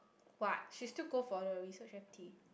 what she still got for the research F_T